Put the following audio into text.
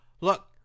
Look